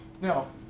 Now